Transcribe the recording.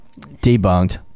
debunked